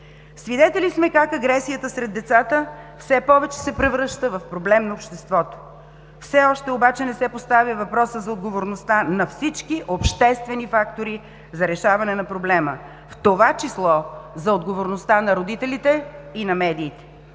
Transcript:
Свидетели сме как агресията сред децата все повече се превръща в проблем на обществото. Все още обаче не се поставя въпросът за отговорността на всички обществени фактори за решаване на проблема, в това число за отговорността на родителите и на медиите.